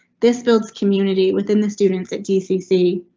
this builds community within the students at gcc.